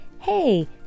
hey